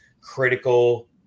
critical